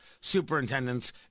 superintendents